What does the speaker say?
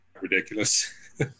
ridiculous